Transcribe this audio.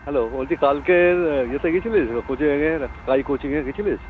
hello বলছি কালকের ইয়েতে গিয়েছিলিস কোচিংয়ের স্কাই কোচিংয়ে গিয়েছিলিস